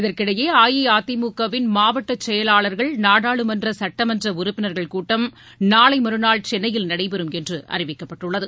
இதற்கிடையே அஇஅதிமுக வின் மாவட்ட செயலாளர்கள் நாடாளுமன்ற சட்டமன்ற உறுப்பினர்கள் கூட்டம் நாளை மறுநாள் சென்னையில் நடைபெறும் என்று அறிவிக்கப்பட்டுள்ளது